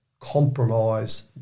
compromise